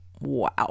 Wow